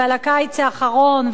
ועל הקיץ האחרון,